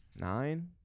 nine